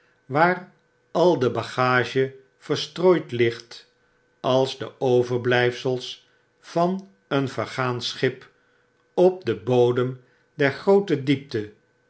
waar al de bagage verstrooid ligt als de overblijfsels van een vergaan schip op den bodem der groote diepte